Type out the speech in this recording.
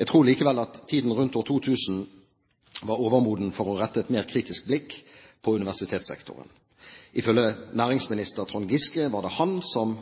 Jeg tror likevel at tiden rundt år 2000 var overmoden for å rette et mer kritisk blikk på universitetssektoren. Ifølge næringsminister Trond Giske var det han, som